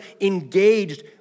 engaged